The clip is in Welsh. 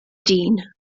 dyn